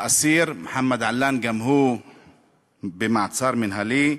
האסיר מוחמד עלאן, גם הוא במעצר מינהלי,